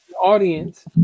audience